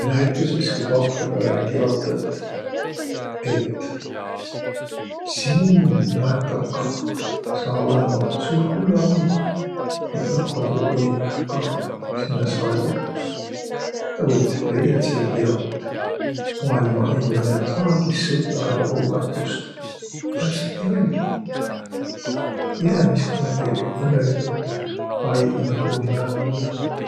Näütüses, ku paprõ pääle oll' kirotõt, et siin, maja takah, saa olõma suur kullaunik, nii õkva tuu unik ka sinnäq sai. Tä võtt' pleiädsi ja kirot': "Maailma ei tulõq inämb kunagi sõta egaq hukatust." Ja täpselt nii oll'gi. Ja inemiskund elli õnnõligult aigõ lõpuni vällä.